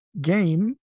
game